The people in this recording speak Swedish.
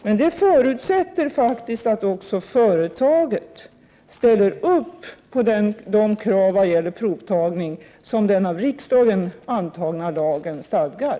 Men det förutsätter faktiskt att också företaget ställer upp på de krav vad gäller provtagning som den av riksdagen antagna lagen stadgar.